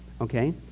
Okay